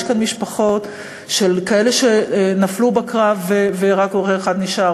יש כאן משפחות של כאלה שנפלו בקרב ורק הורה אחד נשאר,